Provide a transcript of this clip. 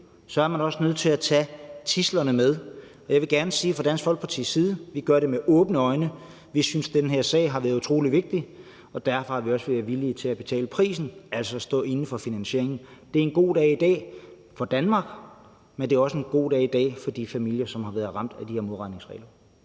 er man også nødt til at tage tidslerne med. Og jeg vil fra Dansk Folkepartis side gerne sige: Vi gør det med åbne øjne. Vi synes, den her sag har været utrolig vigtig, og derfor er vi også villige til at betale prisen, altså stå inde for finansieringen. Det er en god dag i dag for Danmark, men det er også en god dag for de familier, som har været ramt af de her modregningsregler.